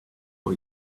for